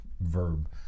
verb